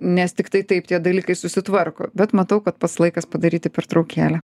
nes tiktai taip tie dalykai susitvarko bet matau kad laikas padaryti pertraukėlę